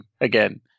again